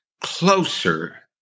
Closer